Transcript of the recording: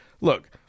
look